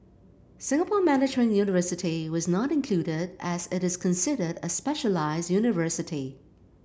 Singapore Management University was not included as it is considered a specialised university